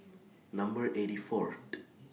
Number eighty Fourth